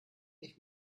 nicht